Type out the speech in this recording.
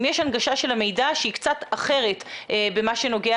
אם יש הנגשה של המידע שהיא קצת אחרת במה שנוגע